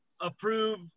approve